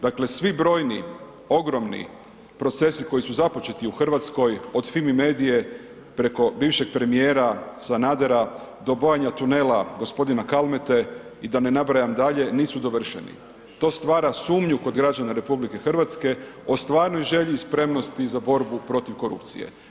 Dakle, svi brojni, ogromni, procesi koji su započeti u RH, od Fimi medije preko bivšeg premijera Sanadera do bojanja tunela g. Kalmete i da ne nabrajam dalje, nisu dovršeni, to stvara sumnju kod građana RH o stvarnoj želji i spremnosti za borbu protiv korupcije.